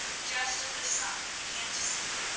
just as the sun began to sink,